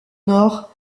nord